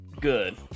good